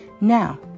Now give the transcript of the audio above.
Now